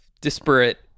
disparate